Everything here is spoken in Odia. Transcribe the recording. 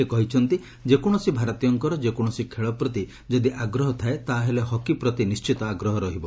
ସେ କହିଛନ୍ତି ଯେକୌଣସି ଭାରତୀୟଙ୍କର ଯେକୌଣସି ଖେଳ ପ୍ରତି ଯଦି ଆଗ୍ରହ ଥାଏ ତାହାହେଲେ ହକି ପ୍ରତି ନିଣ୍ବିତ ଆଗ୍ରହ ରହିବ